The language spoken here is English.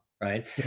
Right